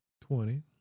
Twenty